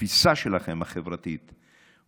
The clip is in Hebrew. בתפיסה החברתית שלכם,